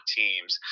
teams